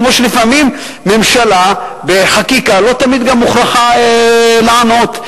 כמו שלפעמים בחקיקה הממשלה לא מוכרחה לענות.